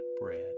Bread